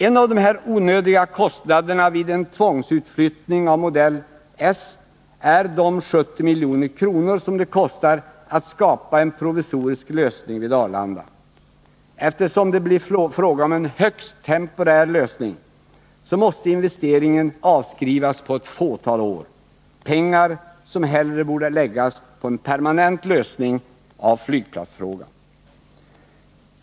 En av de onödiga kostnader som skulle uppstå vid en tvångsutflyttning av modell s är de 70 milj.kr. som det kostar att skapa en provisorisk lösning vid Arlanda. Eftersom det blir fråga om en högst temporär lösning måste investeringen avskrivas på ett fåtal år — och det är pengar som hellre borde läggas på en permanent lösning av flygplatsfrågan.